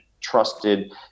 trusted